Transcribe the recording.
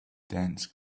dense